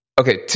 Okay